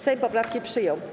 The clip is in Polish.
Sejm poprawki przyjął.